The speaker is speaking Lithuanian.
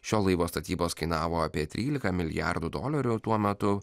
šio laivo statybos kainavo apie trylika milijardų dolerių tuo metu